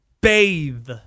bathe